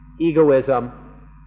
egoism